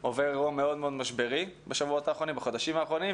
עובר משברים בחודשים האחרונים.